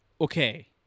Okay